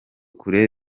kure